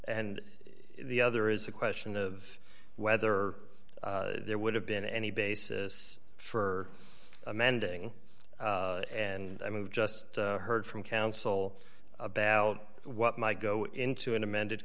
and the other is a question of whether there would have been any basis for amending and i moved just heard from counsel about what might go into an amended